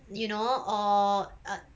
you know or uh